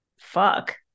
fuck